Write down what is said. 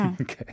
Okay